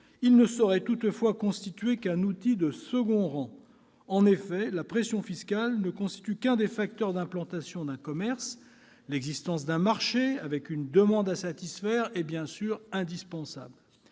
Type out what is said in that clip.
Il ne saurait toutefois constituer qu'un outil de second rang. En effet, la pression fiscale ne constitue qu'un des facteurs d'implantation d'un commerce. L'existence d'un marché, avec une demande à satisfaire, est indispensable.